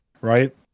right